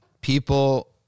people